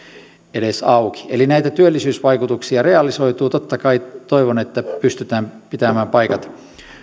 edes auki eli näitä työllisyysvaikutuksia realisoituu totta kai toivon että pystytään pitämään paikat